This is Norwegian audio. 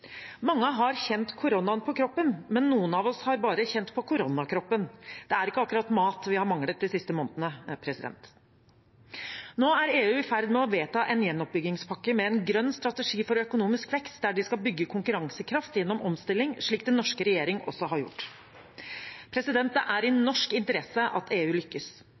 Mange har kjent koronaen på kroppen, men noen av oss har bare kjent på koronakroppen. Det er ikke akkurat mat vi har manglet de siste månedene. Nå er EU i ferd med å vedta en gjenoppbyggingspakke med en grønn strategi for økonomisk vekst, der de skal bygge konkurransekraft gjennom omstilling – slik den norske regjering også har gjort. Det er i norsk interesse at EU lykkes.